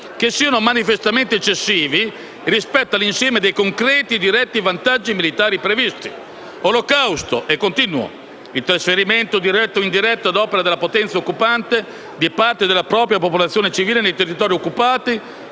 che siano manifestamente eccessivi rispetto all'insieme dei concreti e diretti vantaggi militari previsti; - il trasferimento, diretto o indiretto, ad opera della potenza occupante, di parte della propria popolazione civile nei territori occupati